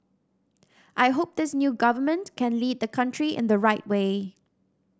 I hope this new government can lead the country in the right way